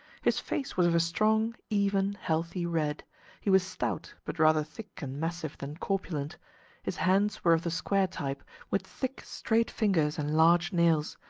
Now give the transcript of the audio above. his face was of a strong, even, healthy red he was stout, but rather thick and massive than corpulent his hands were of the square type, with thick straight fingers and large nails,